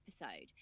episode